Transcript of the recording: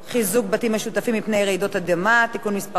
בתים משותפים מפני רעידות אדמה) (תיקון מס' 2),